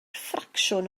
ffracsiwn